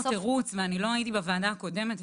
זה כמובן לא תירוץ ואני לא הייתי בוועדה הקודמת.